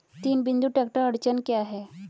तीन बिंदु ट्रैक्टर अड़चन क्या है?